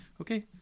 Okay